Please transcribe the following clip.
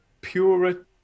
purer